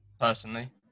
personally